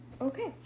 Okay